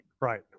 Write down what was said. Right